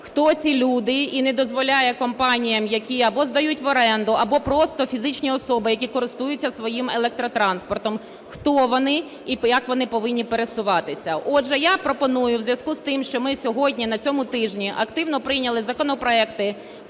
хто ці люди і не дозволяє компаніям, які або здають в оренду, або просто фізичні особи, які користуються своїм електротранспортом, хто вони і як вони повинні пересуватися. Отже, я пропоную у зв'язку з тим, що ми сьогодні на цьому тижні активно прийняли законопроекти